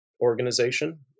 organization